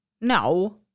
No